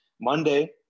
Monday